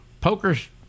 poker's